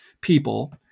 people